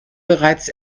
bereits